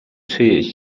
czyjeś